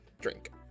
drink